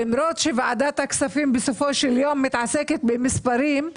למרות שוועדת הכספים בסופו של יום מתעסקת במספרים,